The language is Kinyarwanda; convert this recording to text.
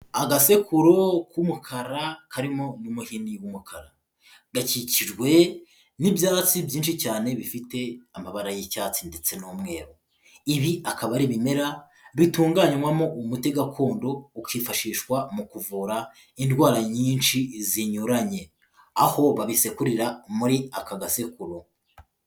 Agasekuro k'umukara karimo n'umuhini w'umukara, gakikijwe n'ibyatsi byinshi cyane bifite amabara y'icyatsi ndetse n'umweru. Ibi akaba ari ibimera bitunganywamo umuti gakondo, ukifashishwa mu kuvura indwara nyinshi zinyuranye. Aho babisekurira muri aka gasekuro.